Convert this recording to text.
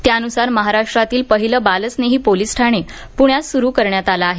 त्यानुसार महाराष्ट्रातील पहिलं बाल स्नेही पोलीस ठाणे पुण्यात सुरू करण्यात आलं आहे